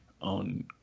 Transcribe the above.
on